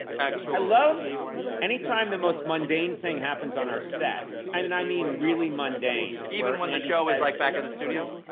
actually. i love any time the most mundane thing happens on our set and and i mean really mundane stephen even when the show is like back in the studio?